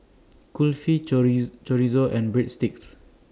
Kulfi Chorizo and Breadsticks